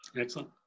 Excellent